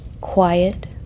quiet